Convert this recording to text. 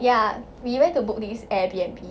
ya we went to book this Airbnb